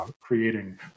creating